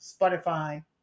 Spotify